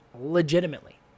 legitimately